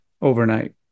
overnight